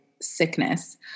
sickness